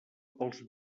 pels